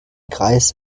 greis